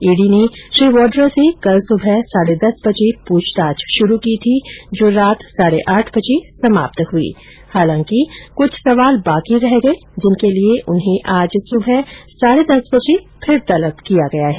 ED ने श्री वाड्रा से कल सुबह साढ़े दस बजे पूछताछ शुरू की थी जो रात साढ़े आठ बजे समाप्त हुई हालांकि कुछ सवाल बाकी रह गये जिनके लिये उन्हें आज सुबह साढ़े दस बजे फिर तलब किया गया है